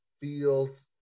feels